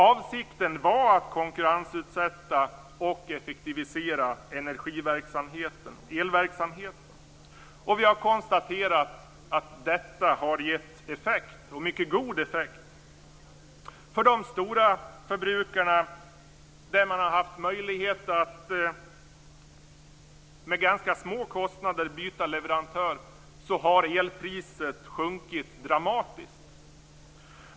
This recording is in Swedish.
Avsikten var att konkurrensutsätta och effektivisera elverksamheten. Vi har konstaterat att detta har gett god effekt. För de stora förbrukarna, där det har funnits möjlighet att med små kostnader byta leverantör, har elpriset sjunkit dramatiskt.